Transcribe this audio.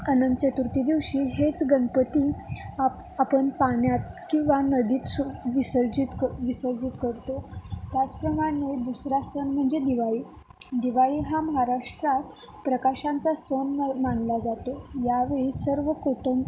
अनंत चतुर्दशी दिवशी हेच गणपती आप आपण पाण्यात किंवा नदीत सु विसर्जित क् विसर्जित करतो त्याचप्रमाणे दुसरा सण म्हणजे दिवाळी दिवाळी हा महाराष्ट्रात प्रकाशांचा सण म मानला जातो यावेळी सर्व कुटुम्